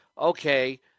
okay